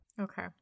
Okay